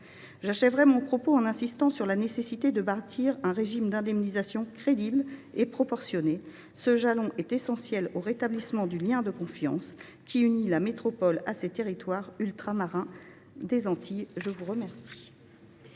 J’achèverai mon propos en insistant sur l’importance de bâtir un régime d’indemnisation crédible et proportionné. Ce jalon est essentiel au rétablissement du lien de confiance qui unit la métropole à ses territoires ultramarins des Antilles. La parole